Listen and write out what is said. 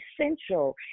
essential